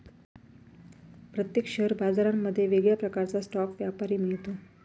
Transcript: प्रत्येक शेअर बाजारांमध्ये वेगळ्या प्रकारचा स्टॉक व्यापारी मिळतो